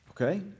okay